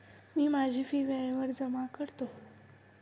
मी माझी फी वेळेवर जमा करतो